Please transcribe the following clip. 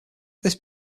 this